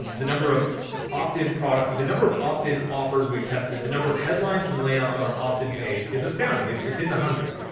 um the number of opt-in products, the number of opt in offers, we've tested the number of headlines and layouts on our optin page is astounding. it's it's in the hundreds.